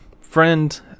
friend